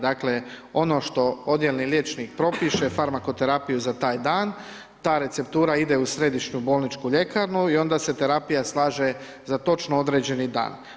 Dakle, ono što odjelni liječnik propiše farmakoterapiju za taj dan, ta receptura ide u središnju bolničku ljekarnu i onda se terapija slaže za točno određeni dan.